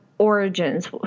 Origins